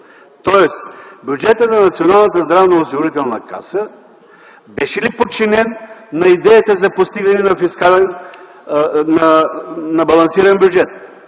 Миков! Бюджетът на НЗОК беше ли подчинен на идеята за постигане на балансиран бюджет?